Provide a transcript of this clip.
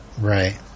Right